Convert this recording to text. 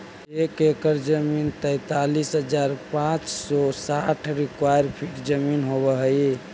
एक एकड़ जमीन तैंतालीस हजार पांच सौ साठ स्क्वायर फीट जमीन होव हई